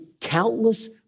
countless